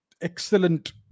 excellent